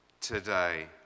today